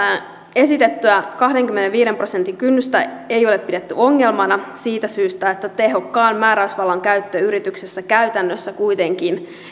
esitettyä kahdenkymmenenviiden prosentin kynnystä ei ole pidetty ongelmana siitä syystä että tehokkaan määräysvallan käyttö yrityksessä käytännössä kuitenkin